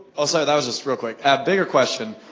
ah sorry, that was just real quick. bigger question,